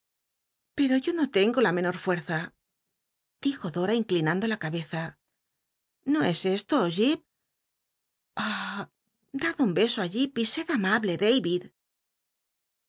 pero yo no tengo la menor fuerza dijo dora inclinando la cabeza no es esto jip ah dad un beso á jip y sed amable